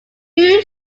who